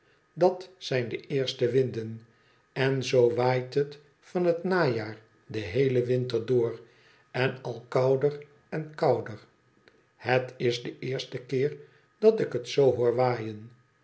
dat zijn de eerste winden en zoo waait het van het najaar den heelen winter door en al kouder en kouder het is de eerste keer dat ik het zoo hoor waaien